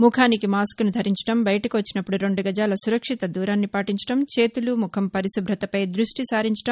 ముఖానికి మాస్కులను ధరించడం బయటకు వచ్చినప్పుడు రెందు గజాల సురక్షిత దూరాన్ని పాటించడం చేతులు ముఖం పరిశుభతపై దృష్టి సారించడం